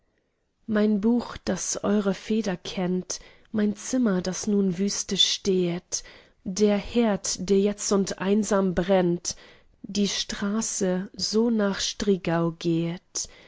mein buch das eure feder kennt mein zimmer das nun wüste stehet der herd der jetzund einsam brennt die straße so nach striegau gehet